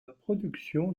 production